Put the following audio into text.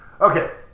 Okay